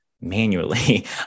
manually